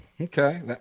Okay